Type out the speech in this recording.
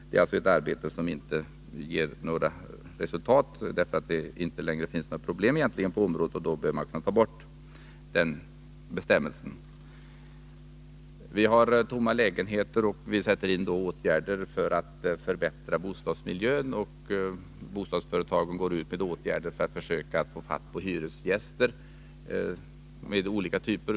Det är alltså ett arbete som just inte gett några resultat, därför att det egentligen inte längre finns några problem på området. Då bör man kunna ta bort denna bestämmelse. Vi har problem med tomma lägenheter, och vi vill sätta in åtgärder för att förbättra bostadsmiljön. Bostadsföretagen går ut med olika typer av erbjudanden för att försöka få hyresgäster till lägenheterna.